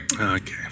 okay